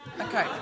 Okay